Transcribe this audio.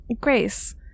Grace